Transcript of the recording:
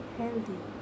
healthy